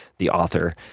the author,